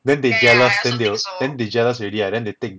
then they jealous then they will then they jealous already right then they take